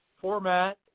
format